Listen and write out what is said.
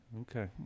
Okay